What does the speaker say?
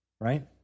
right